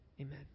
Amen